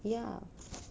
ya